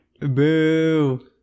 Boo